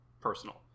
personal